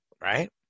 right